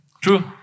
True